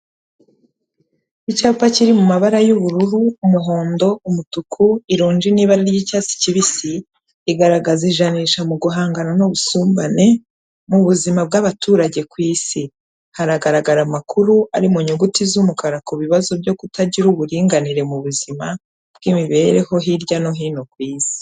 Icyapa kiri mu mabara y'ubururu, umuhondo, umutuku, ironji n'ibara ry'icyatsi kibisi, rigaragaza ijanisha mu guhangana n'ubusumbane mu buzima bw'abaturage ku isi. Haragaragara amakuru ari mu nyuguti z'umukara ku bibazo byo kutagira uburinganire mu buzima bw'imibereho hirya no hino ku isi.